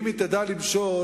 אם היא תדע למשול,